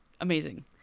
amazing